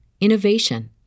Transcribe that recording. innovation